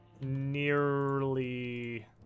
nearly